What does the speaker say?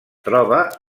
troba